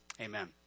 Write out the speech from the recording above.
amen